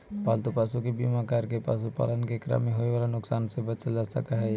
पालतू पशु के बीमा करके पशुपालन के क्रम में होवे वाला नुकसान से बचल जा सकऽ हई